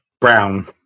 brown